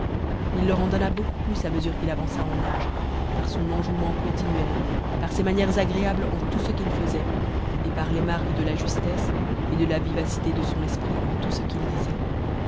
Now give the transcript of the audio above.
il leur en donna beaucoup plus à mesure qu'il avança en âge par son enjouement continuel par ses manières gréames en tout ce qu'il faisait et par les marques de la justesse et de vivacité de son esprit en tout ce qu'il disait